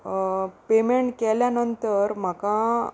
payment केल्या नंतर म्हाका